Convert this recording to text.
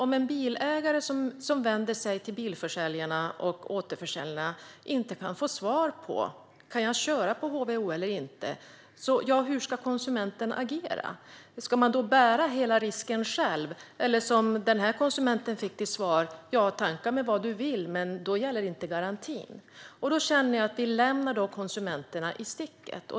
Om en bilägare vänder sig till en bilförsäljare och återförsäljare och inte kan få svar på frågan om bilägaren kan köra på HVO eller inte, hur ska då konsumenten agera? Ska konsumenten bära hela risken själv? En konsument fick till svar: Tanka med vad du vill, men då gäller inte garantin. Då känns det som att vi lämnar dessa konsumenter i sticket.